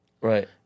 Right